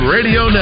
Radio